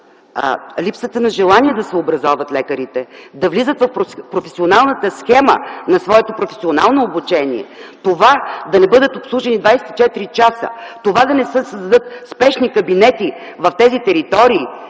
Липсата на желание да се образоват лекарите, да влизат в професионалната схема на своето професионално обучение, това, да не бъдат обслужени 24 часа, това да не се създадат спешни кабинети в тези територии